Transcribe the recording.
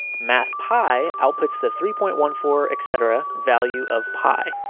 math pi outputs the three point one four etc value of pi.